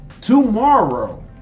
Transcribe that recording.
tomorrow